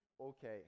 Okay